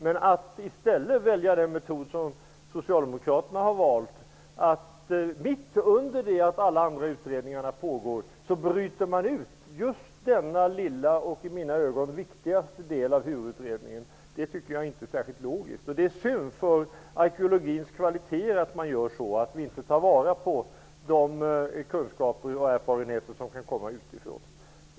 Men att i stället välja den metod som socialdemokraterna har valt, att mitt under det att de andra utredningarnas arbete pågår bryta ut denna lilla -- och i mina ögon den viktigaste -- del av HUR-utredningen är inte särskilt logiskt. Det är synd för arkeologins kvalitet att man gör på det viset och inte tar vara på de kunskaper och erfarenheter som kan komma utifrån.